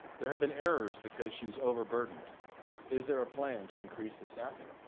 there have been errors because she's overburdened is there a plan to increase the staffing